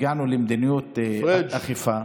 הגענו למדיניות אכיפה.